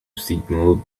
signal